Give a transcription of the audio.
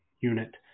unit